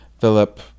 Philip